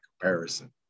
comparison